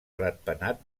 ratpenat